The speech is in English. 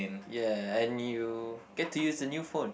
ya and you get to use the new phone